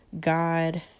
God